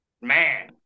man